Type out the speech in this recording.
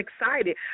excited